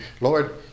Lord